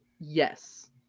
Yes